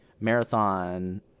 marathon